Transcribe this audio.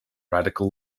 radical